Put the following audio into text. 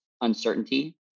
uncertainty